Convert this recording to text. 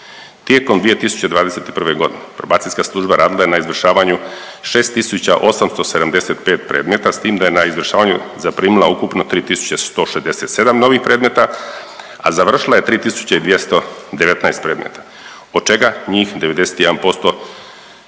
Tijekom 2021. godine Probacijska služba radila je na izvršavanju 6875 predmeta, s tim da je na izvršavanju zaprimila ukupno 3167 novih predmeta a završila je 3219 predmeta od čega njih 91% se može